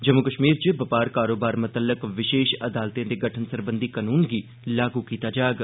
जम्मू कश्मीर च बपार कारोबार मुत्तलक विशेष अदालतें दे गठन सरबंधी कनून गी लागू कीता जाग